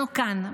אנחנו כאן,